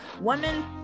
women